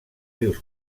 rius